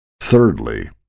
Thirdly